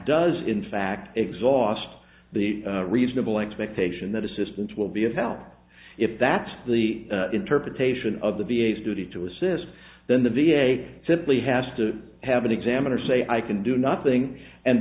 does in fact exhaust the reasonable expectation that assistance will be upheld if that's the interpretation of the d a s duty to assist then the v a simply has to have an examiner say i can do nothing and